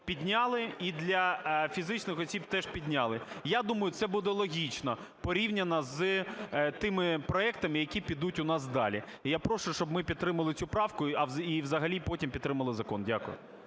підняли і для фізичних осіб теж підняли. Я думаю, це буде логічно порівняно з тими проектами, які підуть у нас далі. І я прошу, щоб ми підтримали цю правку і взагалі потім підтримали закон. Дякую.